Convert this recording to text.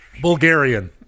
Bulgarian